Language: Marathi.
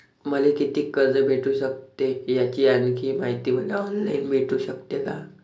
मले कितीक कर्ज भेटू सकते, याची आणखीन मायती मले ऑनलाईन भेटू सकते का?